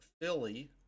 Philly